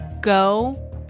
go